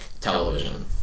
television